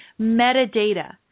metadata